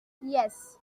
yes